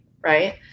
right